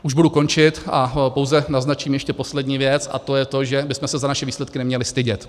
Už budu končit a pouze naznačím ještě poslední věc, a to je to, že bychom se za naše výsledky neměli stydět.